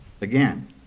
Again